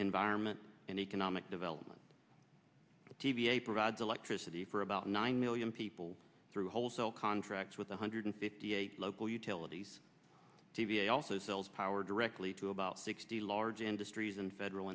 environment and economic development t v a provides electricity for about nine million people through wholesale contracts with one hundred fifty eight local utilities dva also sells power directly to about sixty large industries and federal